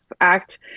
act